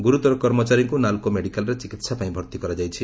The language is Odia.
ଗୁରୁତର କର୍ମଚାରୀଙ୍କୁ ନାଲ୍କୋ ମେଡ଼ିକାଲରେ ଚିକିହା ପାଇଁ ଭର୍ତି କରାଯାଇଛି